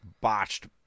botched